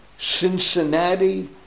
Cincinnati